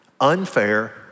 unfair